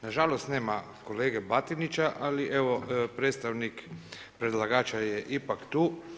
Nažalost nema kolege Batinića, ali evo predstavnik predlagača je ipak tu.